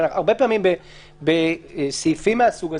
הרבה פעמים בסעיפים מהסוג הזה,